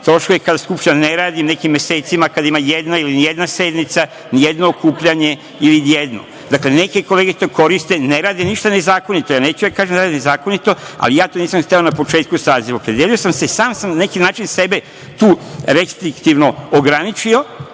troškove kada Skupština ne radi, nekim mesecima, kada ima jedna ili nijedna sednica, nijedno okupljanje ili jedno. Dakle, neke kolege to koriste, ne rade ništa nezakonito i ja neću da kažem da ja radim nezakonito, ali ja to nisam hteo na početku saziva. Opredelio sam se, sam sam na neki način sebe tu restriktivno ograničio,